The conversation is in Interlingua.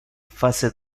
face